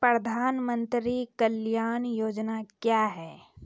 प्रधानमंत्री कल्याण योजना क्या हैं?